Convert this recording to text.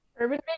Urban